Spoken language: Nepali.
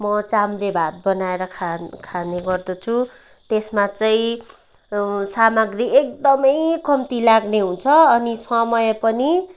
म चाम्रे भात बनाएर खान खाने गर्दछु त्यसमा चाहिँ सामाग्री एकदमै कम्ती लाग्ने हुन्छ अनि समय पनि